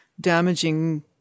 damaging